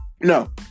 no